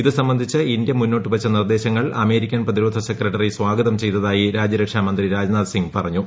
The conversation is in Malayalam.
ഇത് സംബന്ധിച്ച് ഇന്ത്യ മുന്നോട്ടു വച്ച നിർദ്ദേശങ്ങൾ അമേരിക്കൻ പ്രതിരോധ സെക്രട്ടറി സ്വാഗതം ചെയ്തതായി രാജ്യരക്ഷാമന്ത്രി രാജ്നാഥ് സിംഗ് പറഞ്ഞു